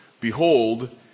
behold